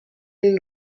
این